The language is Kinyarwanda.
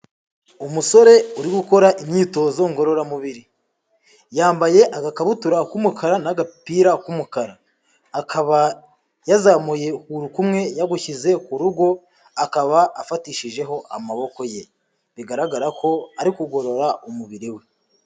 Umusore uri gukora imyitozo ngororamubiri, yambaye agakabutura k'umukara n'agapira k'umukara, akaba yazamuye ukuguru kumwe yagushyize ku rugo, akaba afatishijeho amaboko ye, bigaragara ko ari kugorora umubiri we.